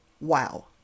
wow